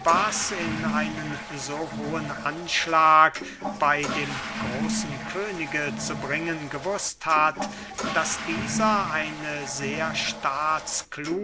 in einen so hohen anschlag bey dem großen könige zu bringen gewußt hat daß dieser eine sehr